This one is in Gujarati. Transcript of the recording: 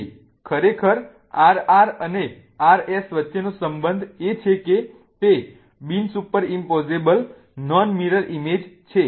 તેથી ખરેખર RR અને RS વચ્ચેનો સંબંધ એ છે કે તે બિન superimposable non mirror image છે